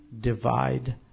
divide